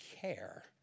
care